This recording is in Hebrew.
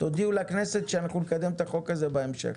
תודיעו לכנסת שאנחנו נקדם את החוק הזה בהמשך.